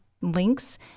links